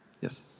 Yes